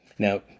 Now